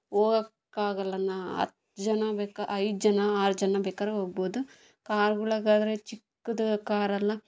ಹೋಗಕ್ಕ್ ಆಗೋಲ್ಲ ನಾನು ಹತ್ತು ಜನ ಬೇಕಾ ಐದು ಜನ ಆರು ಜನ ಬೇಕಾರೆ ಹೊಗ್ಬೋದು ಕಾರ್ಗಳಗಾದ್ರೆ ಚಿಕ್ಕದು ಕಾರ್ ಅಲ್ಲ